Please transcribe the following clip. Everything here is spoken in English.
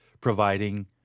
providing